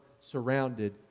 surrounded